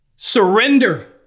Surrender